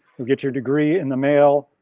get your degree in the mail.